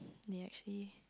we actually